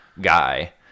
guy